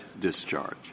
discharge